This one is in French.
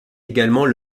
également